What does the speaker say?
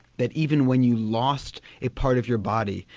that even when you lost a part of your body,